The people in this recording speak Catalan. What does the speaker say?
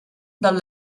del